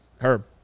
Herb